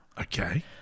Okay